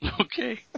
Okay